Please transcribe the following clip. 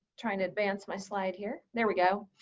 trying to advance my slide here. there we go.